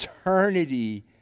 eternity